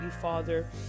father